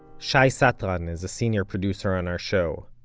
shai satran is a senior producer on our show.